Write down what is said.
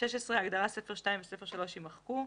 הגדרת "ספר 2" ו"ספר 3" יימחקו.